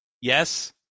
Yes